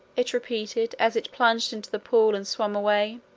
it repeated, as it plunged into the pool and swam away.